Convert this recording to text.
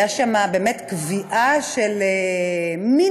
הייתה שם באמת קביעה של מינימום,